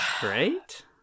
great